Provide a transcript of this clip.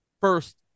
first